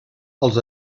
els